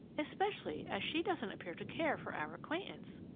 especially as she doesn't appear to care for our acquaintance!